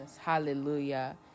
Hallelujah